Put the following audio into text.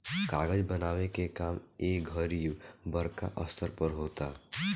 कागज बनावे के काम ए घड़ी बड़का स्तर पर होता